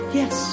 yes